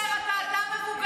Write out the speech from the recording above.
אל תשקר, אתה אדם מבוגר.